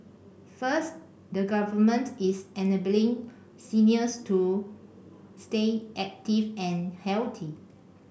first the Government is enabling seniors to stay active and healthy